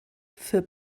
für